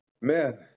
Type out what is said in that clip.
Man